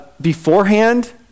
beforehand